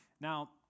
Now